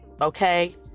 okay